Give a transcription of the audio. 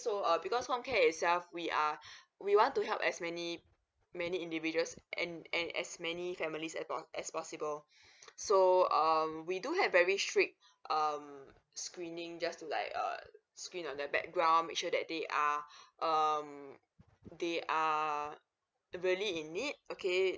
so uh because comcare itself we (are we want to help as many many individuals and and as many families as pos~ as possible so um we do have very strict um screening just to like uh screen on the background make sure that they are um they are really in need okay